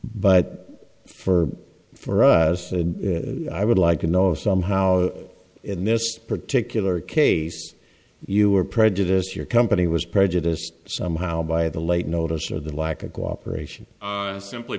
but for for us i would like to know somehow in this particular case you were prejudice your company was prejudiced somehow by the late notice or the lack of cooperation simply